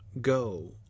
go